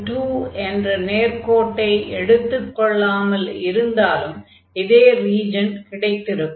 x2 என்ற நேர்க்கோட்டை எடுத்துக் கொள்ளாமல் இருந்தாலும் இதே ரீஜன் கிடைத்திருக்கும்